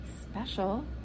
special